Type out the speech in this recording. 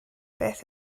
beth